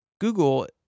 Google